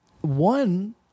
one